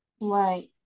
Right